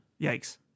Yikes